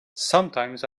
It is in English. sometimes